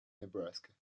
nebraska